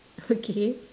okay